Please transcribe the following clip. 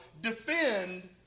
defend